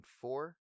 Four